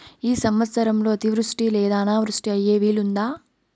ఈ సంవత్సరంలో అతివృష్టి లేదా అనావృష్టి అయ్యే వీలుందా?